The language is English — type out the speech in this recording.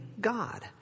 God